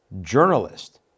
Journalist